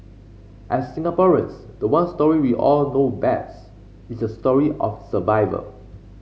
as Singaporeans the one story we all know best is the story of survival